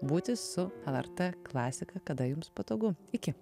būti su lrt klasika kada jums patogu iki